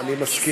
אני מסכים.